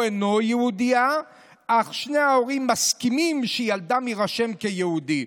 אינה יהודייה אך שני ההורים מסכימים שילדם יירשם כיהודי.